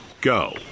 go